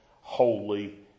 holy